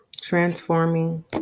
transforming